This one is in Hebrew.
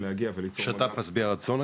שת"פ משביע רצון?